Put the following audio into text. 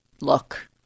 look